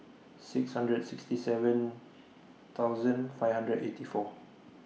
six hundred sixty seven thousand five hundred eighty four